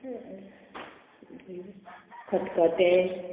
खतखते